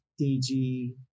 dg